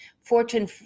Fortune